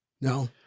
No